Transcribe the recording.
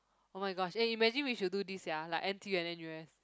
oh-my-gosh eh imagine we should do this sia like N_T_U and N_U_S